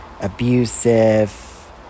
abusive